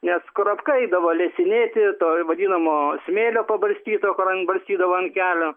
nes kurapka eidavo lesinėti to vadinamo smėlio pabarstyto kur ant barstydavo ant kelio